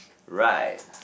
right